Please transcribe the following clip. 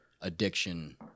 addiction